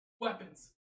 Weapons